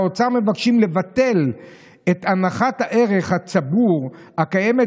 באוצר מבקשים לבטל את הנחת הערך הצבור הקיימת